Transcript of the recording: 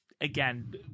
Again